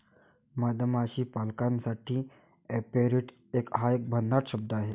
मधमाशी पालकासाठी ऍपेरिट हा एक भन्नाट शब्द आहे